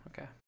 Okay